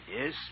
Yes